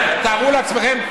תארו לעצמכם,